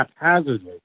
haphazardly